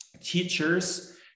teachers